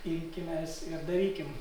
imkimės ir darykim